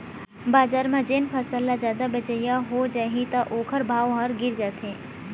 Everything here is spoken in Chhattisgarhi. बजार म जेन फसल ल जादा बेचइया हो जाही त ओखर भाव ह गिर जाथे